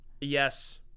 Yes